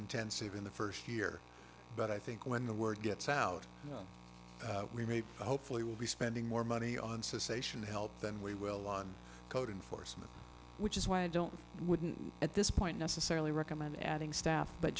intensive in the first year but i think when the word gets out you know we made hopefully will be spending more money on cessation help than we will on code enforcement which is why i don't wouldn't at this point necessarily recommend adding staff but